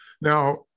Now